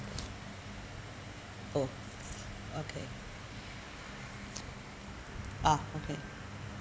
oh okay ah okay